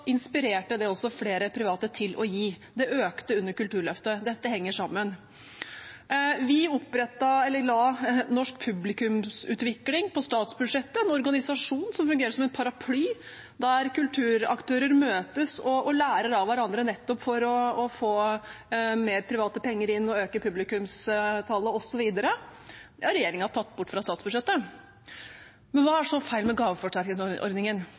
inspirerte det flere private til å gi – det økte under Kulturløftet. Dette henger sammen. Vi la Norsk publikumsutvikling på statsbudsjettet, en organisasjon som fungerer som en paraply der kulturaktører møtes og lærer av hverandre, nettopp for å få mer private penger inn og øke publikumstallet osv. Det har regjeringen tatt bort fra statsbudsjettet. Men hva er det som er feil med gaveforsterkningsordningen?